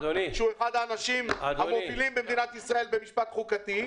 הוא אחד האנשים המובילים במדינת ישראל במשפט חוקתי.